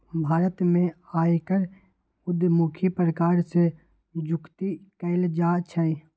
भारत में आयकर उद्धमुखी प्रकार से जुकती कयल जाइ छइ